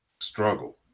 struggle